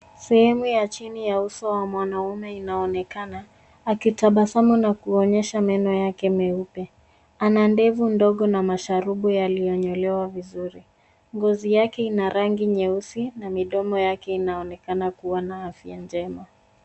Sehemu ya chini ya uso wa mwanaume inaonekana akitabasamu na kuonyesha meno yake meupe. Ana ndefu ndogo na masharubu yaliyonyolewa vizuri. Ngozi yake ina rangi nyeusi na midomo yake inaonekana kuwa na afya njema.